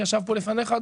הוא ישב פה לפניך,